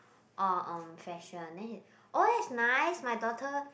orh um fashion then he oh that's nice my daughter